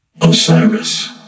Osiris